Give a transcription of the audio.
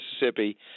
Mississippi